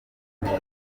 intego